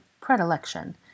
predilection